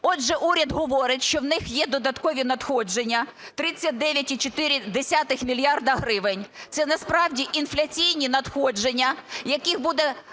Отже, уряд говорить, що в них є додаткові надходження – 39,4 мільярда гривень. Це насправді інфляційні надходження, яких буде